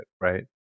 right